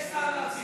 שר?